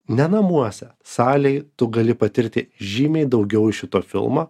ne namuose salėj tu gali patirti žymiai daugiau iš šito filmo